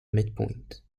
midpoint